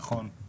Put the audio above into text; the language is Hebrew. נכון.